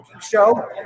show